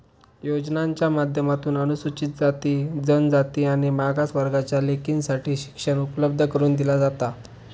योजनांच्या माध्यमातून अनुसूचित जाती, जनजाति आणि मागास वर्गाच्या लेकींसाठी शिक्षण उपलब्ध करून दिला जाता